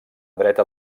dreta